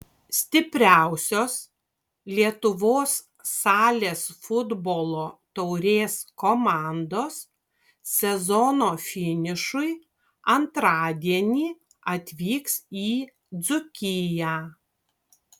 stipriausios lietuvos salės futbolo taurės komandos sezono finišui antradienį atvyks į dzūkiją